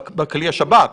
בכלי השב"כ?